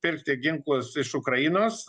pirkti ginklus iš ukrainos